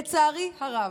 לצערי הרב,